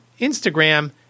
Instagram